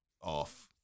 off